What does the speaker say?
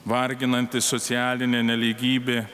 varginanti socialinė nelygybė